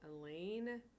Elaine